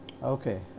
Okay